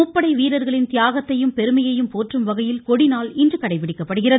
முப்படை வீரர்களின் தியாகத்தையும் பெருமையையும் போற்றும் வகையில் கொடி நாள் இன்று கடைபிடிக்கப்படுகிறது